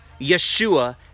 Yeshua